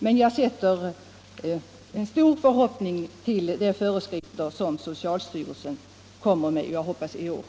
Jag har stora förväntningar på de föreskrifter som socialstyrelsen kom = Nr 81 mer att ge ut — jag hoppas i år.